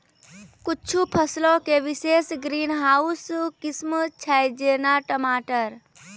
कुछु फसलो के विशेष ग्रीन हाउस किस्म छै, जेना टमाटर